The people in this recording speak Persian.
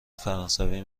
فرانسوی